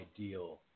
ideal